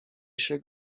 się